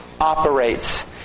operates